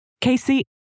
Casey